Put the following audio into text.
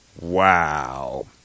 Wow